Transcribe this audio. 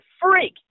freak